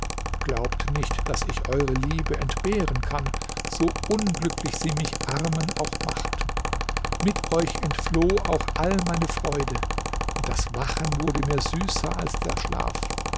glaubt nicht daß ich eure liebe entbehren kann so unglücklich sie mich armen auch gemacht mit euch entfloh auch alle meine freude und das wachen wurde mir süßer als der schlaf